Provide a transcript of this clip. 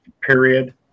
period